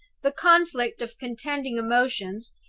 the conflict of contending emotions,